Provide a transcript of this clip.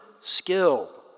skill